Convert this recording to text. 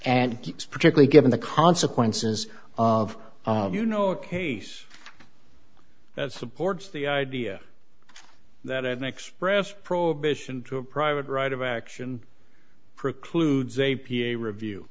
and particularly given the consequences of you know a case that supports the idea that an expressed prohibition to a private right of action precludes a p a review